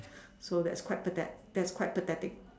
so that's quite pathe~ that's quite pathetic